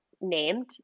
named